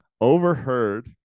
overheard